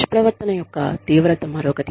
దుష్ప్రవర్తన యొక్క తీవ్రత మరొకటి